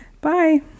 Bye